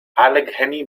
allegheny